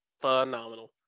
Phenomenal